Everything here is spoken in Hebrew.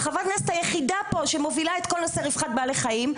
חברת הכנסת היחידה פה שמובילה את כל נושא רווחת בעלי חיים,